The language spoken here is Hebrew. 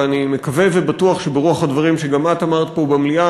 ואני מקווה ובטוח שברוח הדברים שגם את אמרת פה במליאה,